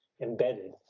embedded